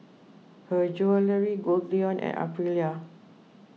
Her Jewellery Goldlion and Aprilia